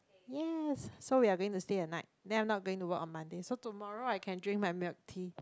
yes so we are going to stay a night then I'm not going to work on Monday so tomorrow I can drink my milk tea yes